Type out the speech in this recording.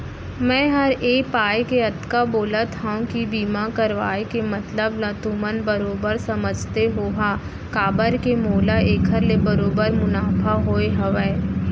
मैं हर ए पाय के अतका बोलत हँव कि बीमा करवाय के मतलब ल तुमन बरोबर समझते होहा काबर के मोला एखर ले बरोबर मुनाफा होय हवय